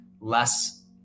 less